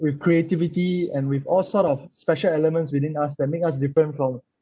with creativity and with all sort of special elements within us that make us different from